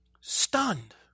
stunned